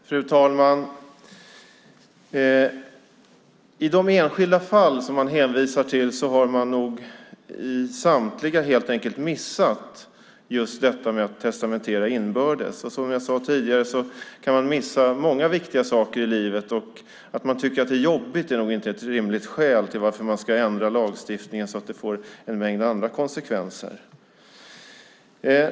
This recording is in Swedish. Fru talman! I de enskilda fall som det hänvisas till har man nog i samtliga helt enkelt missat just detta att testamentera inbördes. Som jag sade tidigare kan man missa många viktiga saker i livet. Och att man tycker att det är jobbigt är nog inte ett rimligt skäl till att ändra lagstiftningen så att det får en mängd andra konsekvenser.